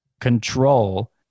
control